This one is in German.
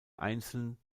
einzeln